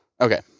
Okay